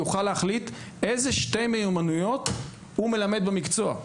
יוכל להחליט איזה שתי מיומנויות הוא מלמד במקצוע: